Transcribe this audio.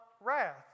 wrath